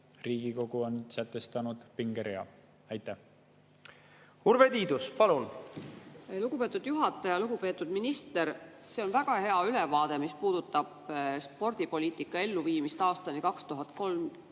Riigikogu on sätestanud pingerea. Urve Tiidus, palun! Urve Tiidus, palun! Lugupeetud juhataja! Lugupeetud minister! See oli väga hea ülevaade, mis puudutas spordipoliitika elluviimist aastani 2030